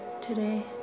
today